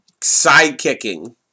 sidekicking